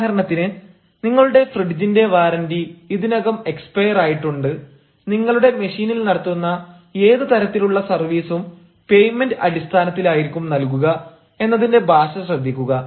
ഉദാഹരണത്തിന് 'നിങ്ങളുടെ ഫ്രിഡ്ജിന്റെ വാറണ്ടി ഇതിനകം എക്സ്പെയർ ആയിട്ടുണ്ട് നിങ്ങളുടെ മെഷീനിൽ നടത്തുന്ന ഏതുതരത്തിലുള്ള സർവീസും പെയ്മെന്റ് അടിസ്ഥാനത്തിലായിരിക്കും നൽകുക' എന്നതിന്റെ ഭാഷ ശ്രദ്ധിക്കുക